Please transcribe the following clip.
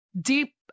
deep